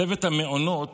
צוות המעונות